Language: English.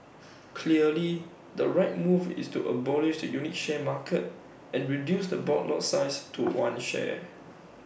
clearly the right move is to abolish the unit share market and reduce the board lot size to one share